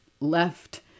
left